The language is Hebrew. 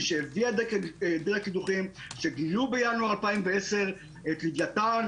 שהביאה- -- קידוחים שגילו בינואר 2010 את לוויתן,